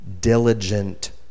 diligent